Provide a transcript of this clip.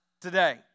today